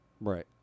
Right